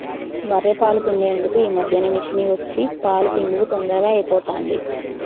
బఱ్ఱె పాలు పిండేందుకు ఈ మధ్యన మిషిని వచ్చి పాలు పిండుడు తొందరగా అయిపోతాంది